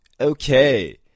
okay